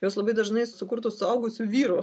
jos labai dažnai sukurtos suaugusių vyrų